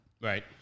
right